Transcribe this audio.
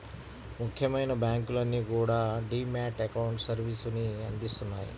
ముఖ్యమైన బ్యాంకులన్నీ కూడా డీ మ్యాట్ అకౌంట్ సర్వీసుని అందిత్తన్నాయి